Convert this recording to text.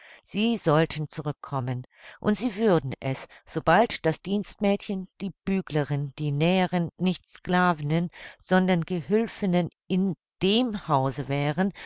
sie sollten zurückkommen und sie würden es sobald das dienstmädchen die büglerin die näherin nicht sclavinnen sondern gehülfinnen in dem hause wären